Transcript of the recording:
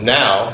now